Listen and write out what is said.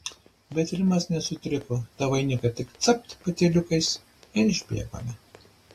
bet rimas nesutriko tą vainiką tik capt patyliukais ir išbėgome